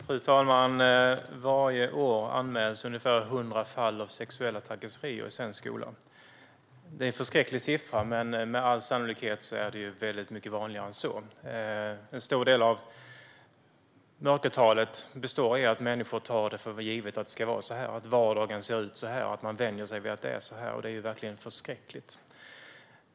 Fru talman! Varje år anmäls ungefär 100 fall av sexuella trakasserier i svensk skola. Det är en förskräcklig siffra. Men med all sannolikhet är det mycket vanligare än så. En stor del av mörkertalet handlar om att människor tar för givet att det ska vara så här och att vardagen ser ut så. Man vänjer sig vid att det är så här. Det är verkligen förskräckligt.